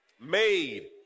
made